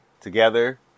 together